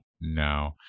no